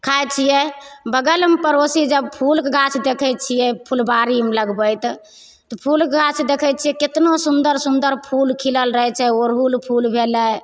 खाइत छियै बगलमे पड़ोसी जब फूलकऽ गाछ देखैत छियै फुलबाड़ीमे लगबैत फूल गाछ देखैत छियै केतना सुन्दर सुन्दर फूल खिलल रहैत छै ओड़हुल फूल भेलै